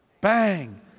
Bang